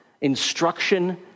instruction